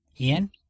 Ian